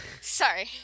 Sorry